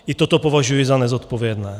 I toto považuji za nezodpovědné.